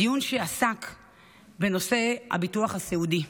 דיון שעסק בנושא הביטוח הסיעודי.